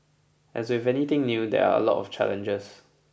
as with anything new there are a lot of challenges